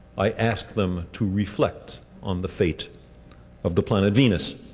i ask them to reflect on the fate of the planet venus,